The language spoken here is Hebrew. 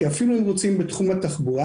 כי אפילו אם רוצים לבדוק בתחום התחבורה,